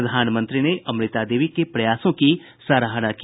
प्रधानमंत्री ने अमृता देवी के प्रयासों की सराहना की